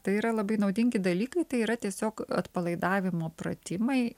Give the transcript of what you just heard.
tai yra labai naudingi dalykai tai yra tiesiog atpalaidavimo pratimai